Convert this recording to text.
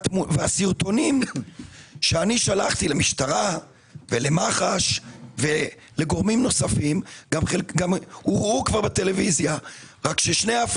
הסרטונים ששלחתי למשטרה ולמח"ש ולגורמים נוספים כבר שודרו בטלוויזיה,